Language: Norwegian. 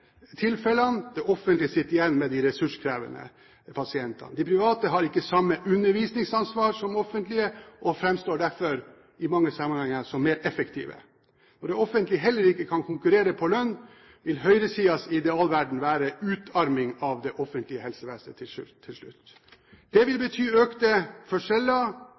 tilfellene. Det offentlige sitter igjen med de ressurskrevende pasientene. De private har ikke samme undervisningsansvar som det offentlige og framstår derfor ofte i mange sammenhenger som mer effektive. Når det offentlige heller ikke kan konkurrere på lønn, vil høyresidens idealverden være utarming av det offentlige helsevesenet til slutt. Det vil bety økte forskjeller,